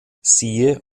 siehe